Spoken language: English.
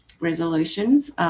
resolutions